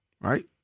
Right